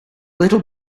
little